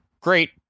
Great